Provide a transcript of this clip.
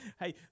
Hey